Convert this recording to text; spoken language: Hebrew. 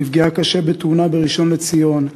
נפגעה קשה בתאונה בראשון-לציון,